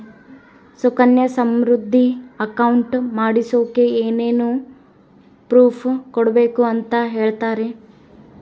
Sukanya Samriddhi account ಮಾಡಿಸೋಕೆ ಏನೇನು proof ಕೊಡಬೇಕು ಅಂತ ಹೇಳ್ತೇರಾ?